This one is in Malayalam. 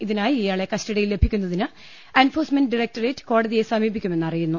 ഇതിനായി ഇയാളെ കസ്റ്റഡിയിൽ ലഭിക്കുന്നതിന് എൻഫോഴ്സ്മെന്റ് ഡയറക്ട റേറ്റ് കോടതിയെ സമീപിക്കുമെന്നറിയുന്നു